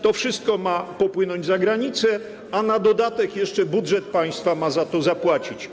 To wszystko ma popłynąć za granicę, a na dodatek jeszcze budżet państwa ma za to zapłacić.